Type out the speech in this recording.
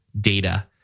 data